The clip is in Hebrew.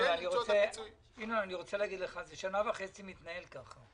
שנה וחצי זה מתנהל ככה.